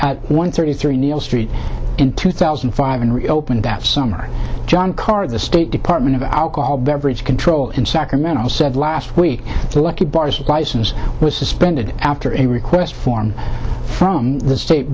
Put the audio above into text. bar one thirty three neal street in two thousand and five and reopened that summer john carr of the state department of alcohol beverage control in sacramento said last week the lucky bars license was suspended after a request form from the state